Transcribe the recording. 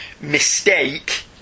mistake